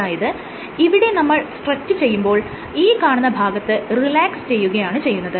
അതായത് ഇവിടെ നമ്മൾ സ്ട്രെച്ച് ചെയ്യുമ്പോൾ ഈ കാണുന്ന ഭാഗത്ത് റിലാക്സ് ചെയ്യുകയാണ് ചെയ്യുന്നത്